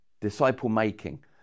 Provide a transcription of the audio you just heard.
disciple-making